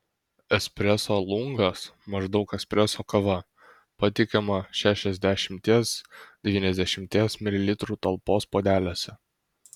espreso lungas maždaug espreso kava pateikiama šešiasdešimties devyniasdešimties mililitrų talpos puodeliuose